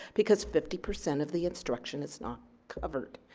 because fifty percent of the instruction is not covered,